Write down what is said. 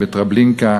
בטרבלינקה,